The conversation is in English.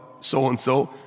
so-and-so